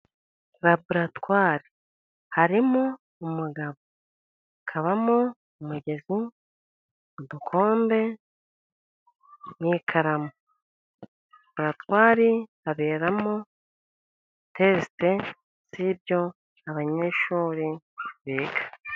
Laboratware harimo umugabo, habamo umugezi, udukombe n'ikaramu, laboratwari iberamo tesite z'ibyo abanyeshuri biga.